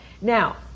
now